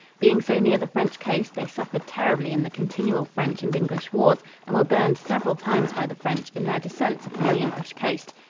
being so near the french coast, they suffered terribly in the continual french and english wars and were burned several times by the french in their descents upon the english coast.